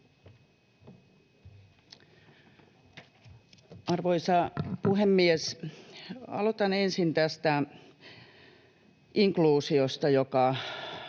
Arvoisa puhemies! Aloitan ensin tästä inkluusiosta, joka